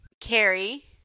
Carrie